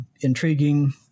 intriguing